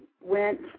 went